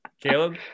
Caleb